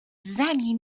زنی